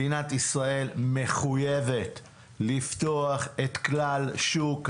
מדינת ישראל מחויבת לפתוח את כלל שוק היבוא,